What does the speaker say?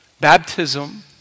Baptism